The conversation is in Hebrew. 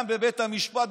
גם בבית המשפט,